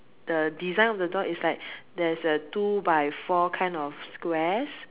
the design of the door is like there's a two by four kind of squares